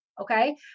Okay